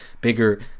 bigger